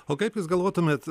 o kaip jūs galvotumėt